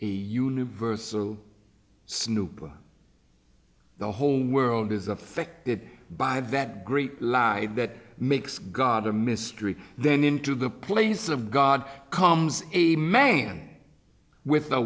universal snoop the whole world is affected by that great lie that makes god a mystery then into the place of god comes a man with a